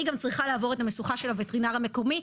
אני גם צריכה לעבור את המשוכה של הווטרינר המקומי.